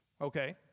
okay